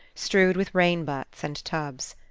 strewed with rain-butts and tubs.